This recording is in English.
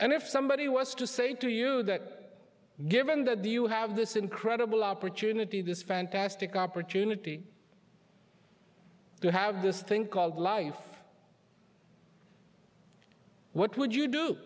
and if somebody was to say to you that given that do you have this incredible opportunity this fantastic opportunity to have this thing called life what would you do